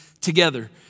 together